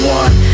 one